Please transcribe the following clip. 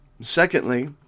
Secondly